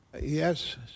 Yes